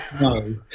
No